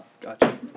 Gotcha